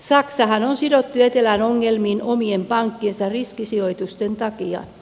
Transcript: saksahan on sidottu etelän ongelmiin omien pankkiensa riskisijoitusten takia